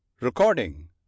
Recording